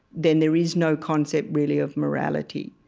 then there is no concept, really, of morality.